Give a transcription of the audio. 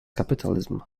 capitalism